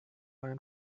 ein